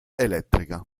elettrica